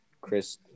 Chris